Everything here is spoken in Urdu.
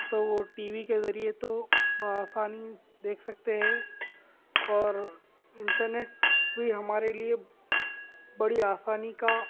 تو وہ ٹی وی کے ذریعے تو بہ آسانی دیکھ سکتے ہے اور انٹرنیٹ بھی ہمارے لیے بڑی آسانی کا